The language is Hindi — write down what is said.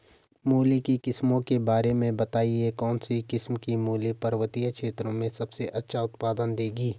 मूली की किस्मों के बारे में बताइये कौन सी किस्म की मूली पर्वतीय क्षेत्रों में सबसे अच्छा उत्पादन देंगी?